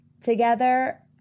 together